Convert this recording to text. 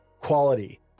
Quality